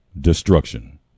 destruction